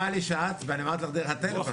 --- אמרה לי שאת ואני אמרתי לך דרך הטלפון.